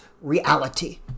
reality